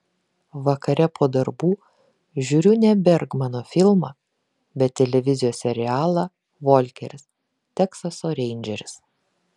vakare po darbų žiūriu ne bergmano filmą bet televizijos serialą volkeris teksaso reindžeris